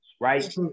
right